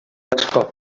asko